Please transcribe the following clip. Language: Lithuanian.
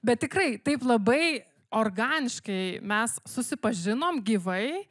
bet tikrai taip labai organiškai mes susipažinom gyvai